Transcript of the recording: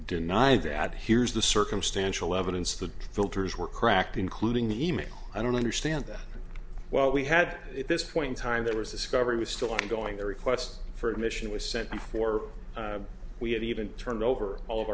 deny that here's the circumstantial evidence the filters were cracked including the email i don't understand that well we had at this point in time there was discovery was still ongoing the request for admission was sent before we had even turned over all of